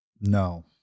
no